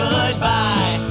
Goodbye